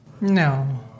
No